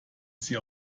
sie